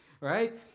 right